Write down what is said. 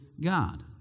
God